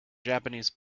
japanese